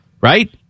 Right